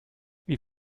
wie